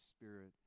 Spirit